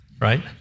right